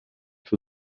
für